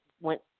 went